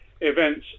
events